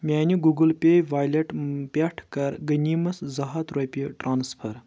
میانہِ Google pay wallet پٮ۪ٹھٕ کَر غٔنیٖمس زٕ ہتھ رۄپیہِ ٹرانسفر